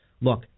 look